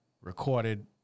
recorded